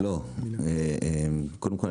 קודם כול,